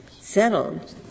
settled